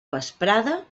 vesprada